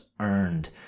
earned